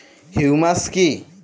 Humus কি?